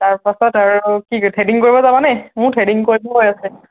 তাৰপাছত আৰু কি থ্ৰেডিং কৰিব যাবানে মোৰ থ্ৰেডিং কৰিবও হৈ আছে